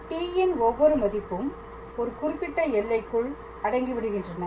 t ன் ஒவ்வொரு மதிப்பும் ஒரு குறிப்பிட்ட எல்லைக்குள் அடங்கி விடுகின்றன